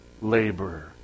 labor